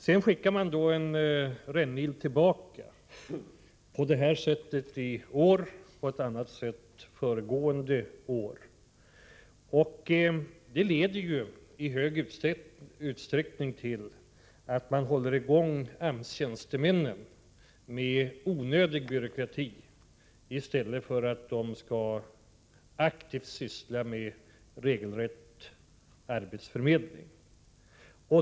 Sedan skickar regeringen en rännil tillbaka, på ett sätt i år och på ett annat sätt föregående år. Detta leder i hög grad till att man håller i gång AMS-tjänstemän med onödig byråkrati, i stället för att de aktivt får syssla med regelrätt arbetsförmedling.